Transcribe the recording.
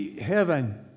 Heaven